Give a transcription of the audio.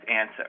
answer